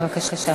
בבקשה.